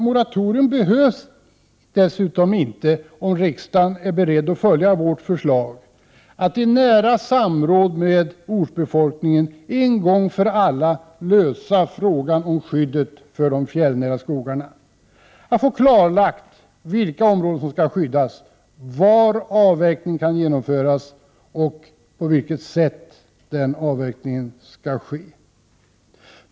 Moratorium behövs dessutom inte om riksdagen är beredd att följa vårt förslag att i nära samråd med ortsbefolkningen en gång för alla lösa frågan om skyddet av de fjällnära skogarna. Det gäller att få klarlagt vilka områden som skall skyddas, var avverkning kan göras och på vilket sätt den skall genomföras.